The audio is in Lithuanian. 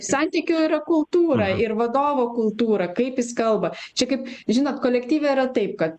santykių yra kultūra ir vadovo kultūra kaip jis kalba čia kaip žinot kolektyve yra taip kad